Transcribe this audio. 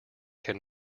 can